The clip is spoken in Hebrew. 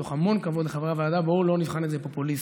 מתוך המון כבוד לחברי הוועדה: בואו לא נבחן את זה פופוליסטית.